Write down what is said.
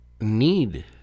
need